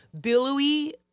billowy